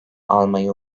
almayı